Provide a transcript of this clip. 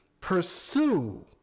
pursue